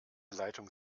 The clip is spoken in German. leitung